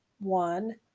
One